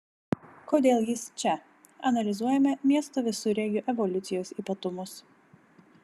kodėl jis čia analizuojame miesto visureigių evoliucijos ypatumus